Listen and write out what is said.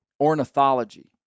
ornithology